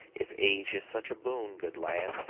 if age is such a boon, good land!